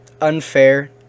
unfair